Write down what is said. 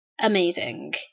amazing